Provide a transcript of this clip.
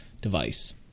device